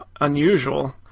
unusual